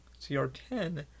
cr10